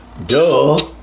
Duh